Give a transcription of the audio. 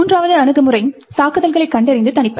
மூன்றாவது அணுகுமுறை தாக்குதல்களைக் கண்டறிந்து தணிப்பது